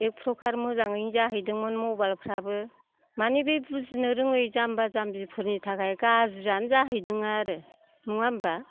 एक प्रकार मोजाङैनो जाहैदोंमोन मबाइल फ्राबो माने बे बुजिनो रोङै जाम्बा जामबिफोरनि थाखाय गाज्रियानो जाहैदों आरो नङा होमबा